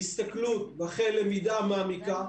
בהסתכלות ואחרי למידה מעמיקה,